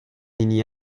hini